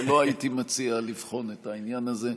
ולא הייתי מציע לבחון את העניין הזה.